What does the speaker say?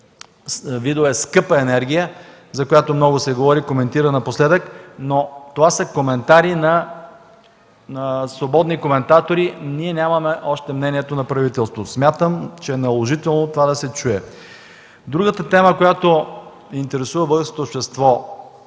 видовете скъпа енергия, за която много се говори и коментира напоследък. Това обаче са свободни коментари, а ние още нямаме мнението на правителството. Смятам за наложително това да се чуе. Другата тема, която интересува българското общество